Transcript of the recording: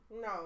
No